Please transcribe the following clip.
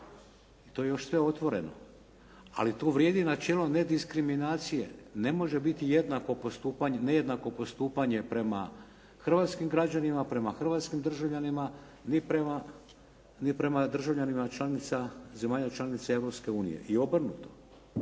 to je još sve otvoreno, ali tu vrijedi načelo nediskriminacije. Ne može biti nejednako postupanje prema hrvatskim građanima, prema hrvatskim državljanima, ni prema državljanima zemalja članica Europske